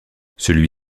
celui